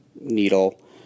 needle